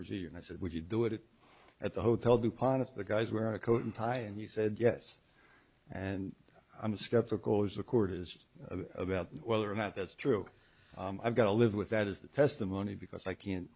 procedure and i said would you do it at the hotel do part of the guys wear a coat and tie and he said yes and i'm skeptical as the court is about whether or not that's true i've got to live with that is the testimony because i can't